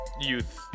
Youth